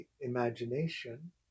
imagination